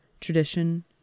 tradition